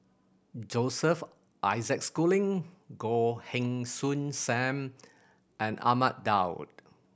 Joseph Isaac Schooling Goh Heng Soon Sam and Ahmad Daud